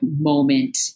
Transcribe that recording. moment